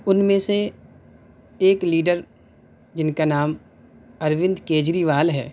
اُن میں سے ایک لیڈر جِن کا نام اَروند کیجریوال ہے